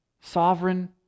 sovereign